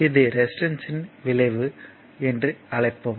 இதை ரெசிஸ்டன்ஸ்யின் விளைவு என்று அழைப்போம்